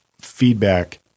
feedback